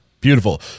Beautiful